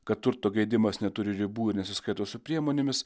kad turto geidimas neturi ribų ir nesiskaito su priemonėmis